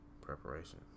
Preparation